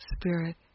spirit